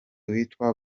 witwa